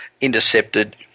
intercepted